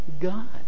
God